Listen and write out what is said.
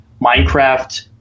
minecraft